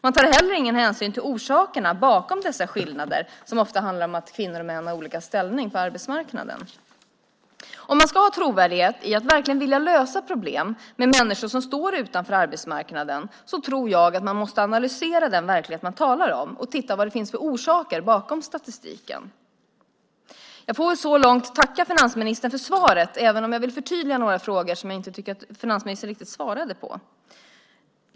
Man tar heller ingen hänsyn till orsakerna bakom dessa skillnader som ofta handlar om att kvinnor och män har olika ställning på arbetsmarknaden. Ska man ha trovärdighet i att verkligen vilja lösa problem med människor som står utanför arbetsmarknaden måste man analysera den verklighet man talar om och titta på vad det finns för orsaker bakom statistiken. Jag får väl så långt tacka finansministern för svaret, även om jag vill förtydliga några frågor som jag inte tycker att finansministern riktigt svarade på.